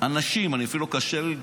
יש פה אנשים, אני אפילו לא, קשה לי,